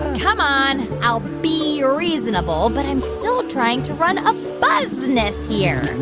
come on. i'll bee reasonable, but i'm still trying to run a buzz-iness here.